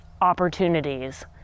opportunities